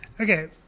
Okay